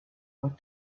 but